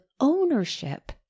ownership